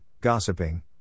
gossiping